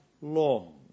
long